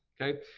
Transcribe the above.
Okay